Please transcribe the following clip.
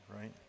right